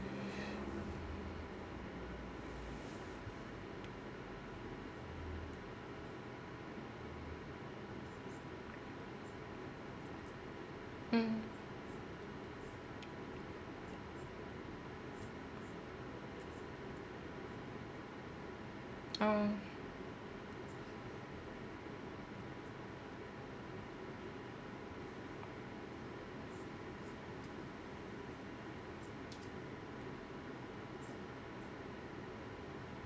mm oh